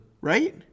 right